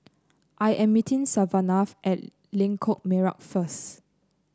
I am meeting Savanah at Lengkok Merak first